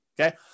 okay